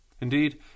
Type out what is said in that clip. Indeed